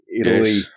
Italy